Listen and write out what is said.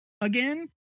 again